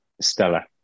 Stella